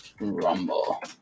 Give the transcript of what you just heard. Rumble